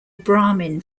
brahmin